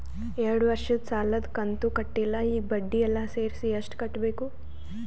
ಎರಡು ವರ್ಷದ ಸಾಲದ ಕಂತು ಕಟ್ಟಿಲ ಈಗ ಬಡ್ಡಿ ಎಲ್ಲಾ ಸೇರಿಸಿ ಎಷ್ಟ ಕಟ್ಟಬೇಕು?